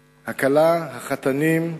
הכלה, החתנים,